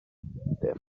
their